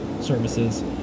services